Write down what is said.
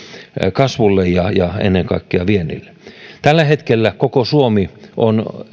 kasvulle ja ja ennen kaikkea viennille tällä hetkellä koko suomi on